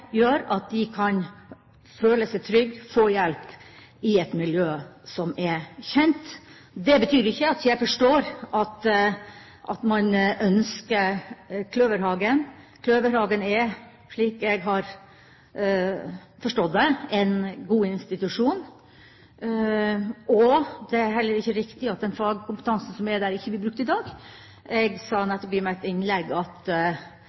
gjør at de kan føle seg trygge og få hjelp i et miljø som er kjent. Det betyr ikke at jeg ikke forstår at man ønsker Kløverhagen. Kløverhagen er, slik jeg har forstått det, en god institusjon. Det er heller ikke riktig at den fagkompetansen som er der, ikke blir brukt i dag. Jeg sa nettopp i mitt innlegg at